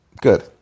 good